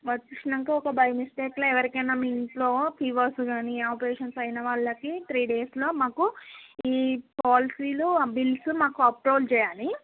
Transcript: వర్తించాక ఒక బై మిస్టేక్లో ఎవరికైనా మీ ఇంట్లో ఫీవర్స్ కాని ఆపరేషన్స్ అయిన వాళ్ళకి త్రీ డేస్లో మాకు ఈ పాలసీలో ఆ బిల్స్ మాకు అప్లోడ్ చెయ్యాలి